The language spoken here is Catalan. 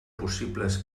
possibles